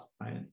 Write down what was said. right